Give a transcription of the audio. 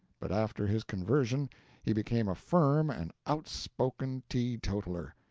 but after his conversion he became a firm and outspoken teetotaler,